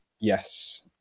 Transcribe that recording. Yes